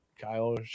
Kyle